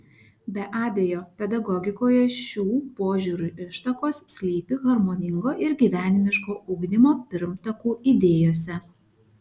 be abejo pedagogikoje šių požiūrių ištakos slypi harmoningo ir gyvenimiško ugdymo pirmtakų idėjose